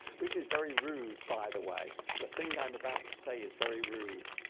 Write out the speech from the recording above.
this is very rude by the way the thing i'm about to say is very rude